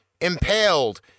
Impaled